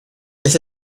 this